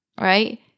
Right